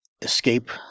escape